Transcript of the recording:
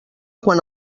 quan